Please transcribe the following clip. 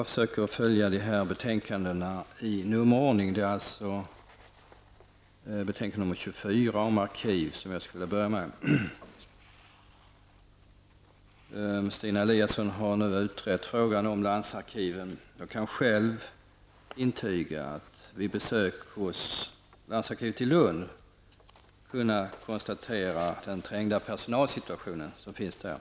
Fru talman! Jag vill först ta upp betänkande nr 24 om arkiv. Stina Eliasson har nu utrett frågan om landsarkiven. Jag har själv besökt landsarkivet i Lund och kunnat konstatera den trängda personalsituationen som finns där.